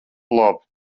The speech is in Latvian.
labi